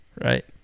Right